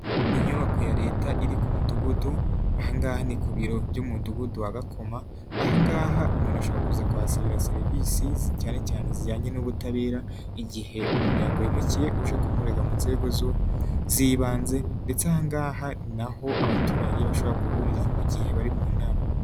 Inyubako ya Leta iri ku Mudugudu, aha ngaha ni ku biro by'Umudugudu wa Gakoma, aha ngaha umuntu ashobora kuza kuhasabira serivisi cyane cyane zijyanye n'ubutabera igihe umuntu yaguhemukiye uje kumurega mu nzego z'ibanze, ndetse aha ngaha ni na ho abaturage bashobora guhurira mu gihe bari mu nama.